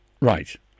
Right